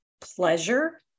pleasure